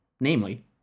namely